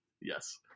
Yes